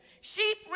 Sheep